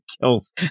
kills